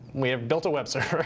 we have built a web server.